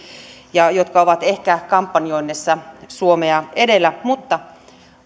jotka ovat ehkä kampanjoinnissa suomea edellä mutta